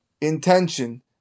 intention